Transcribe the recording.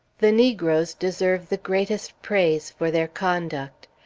the negroes deserve the greatest praise for their conduct.